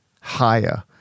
higher